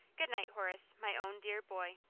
good night, horace, my own dear boy.